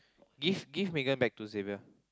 give give Megan back to Xavier